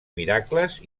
miracles